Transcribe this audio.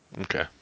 Okay